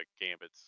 Gambit's